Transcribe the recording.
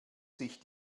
sich